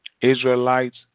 Israelites